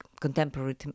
contemporary